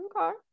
Okay